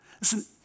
Listen